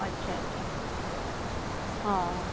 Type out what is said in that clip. अच्छा अच्छा हां